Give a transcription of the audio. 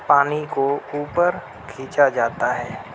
پانی کو اوپر کھینچا جاتا ہے